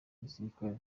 gisirikare